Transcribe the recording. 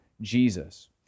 Jesus